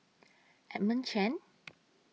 Edmund Chen